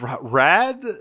Rad